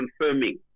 confirming